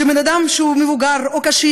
שאדם שהוא מבוגר או קשיש,